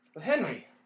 Henry